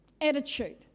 Attitude